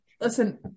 Listen